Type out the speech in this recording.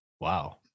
Wow